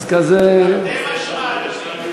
תרתי משמע, אדוני.